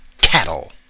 cattle